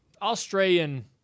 Australian